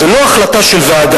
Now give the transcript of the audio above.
זו לא החלטה של ועדה,